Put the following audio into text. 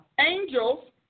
Angels